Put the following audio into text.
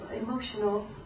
emotional